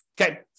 Okay